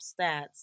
stats